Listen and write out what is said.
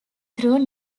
through